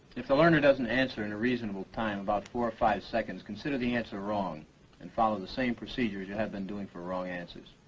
if the learner doesn't answer in a reasonable time about four or five seconds, consider the answer wrong and follow the same procedures you have been doing for wrong answers.